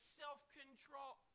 self-control